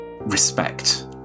Respect